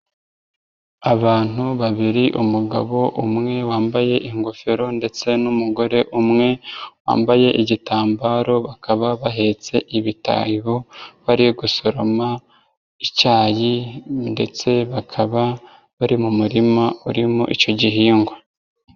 Abantu babiri umugabo umwe wambaye ingofero ndetse n'umugore umwe wambaye igitambaro bakaba bahetse ibitahiro bari gusoroma icyayi ndetse bakaba bari mu murima urimo icyo gihingwa.